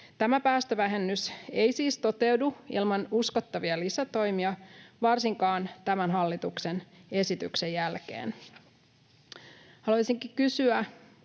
Tämä päästövähennys ei siis toteudu ilman uskottavia lisätoimia eikä varsinkaan tämän hallituksen esityksen jälkeen. Haluaisinkin kysyä